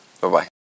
Bye-bye